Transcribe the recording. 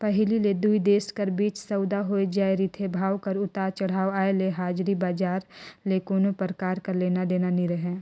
पहिली ले दुई देश कर बीच सउदा होए जाए रिथे, भाव कर उतार चढ़ाव आय ले हाजरी बजार ले कोनो परकार कर लेना देना नी रहें